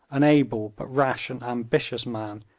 an able but rash and ambitious man,